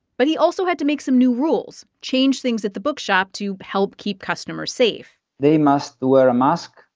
but he also had to make some new rules, change things at the bookshop to help keep customers safe they must wear a mask.